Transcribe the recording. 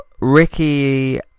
Ricky